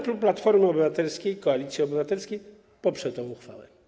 Klub Platforma Obywatelska - Koalicja Obywatelska poprze tę uchwałę.